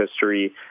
history